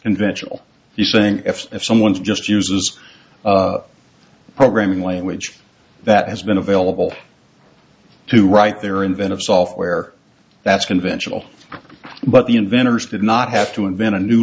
eventually you think if someone's just uses a programming language that has been available to write their inventive software that's conventional but the inventors did not have to invent a new